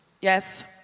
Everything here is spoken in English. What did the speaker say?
Yes